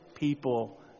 People